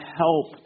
help